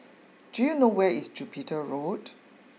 do you know where is Jupiter Road